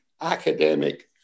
academic